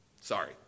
Sorry